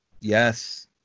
Yes